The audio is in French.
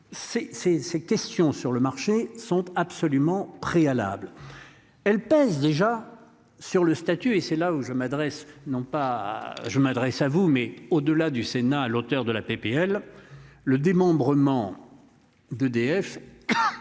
ces questions sur le marché sont absolument préalables. Elle pèse déjà sur le statut et c'est là où je m'adresse non pas je m'adresse à vous mais au delà du Sénat à l'auteur de la PPL le démembrement. D'EDF.